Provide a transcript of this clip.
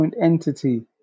entity